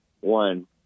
One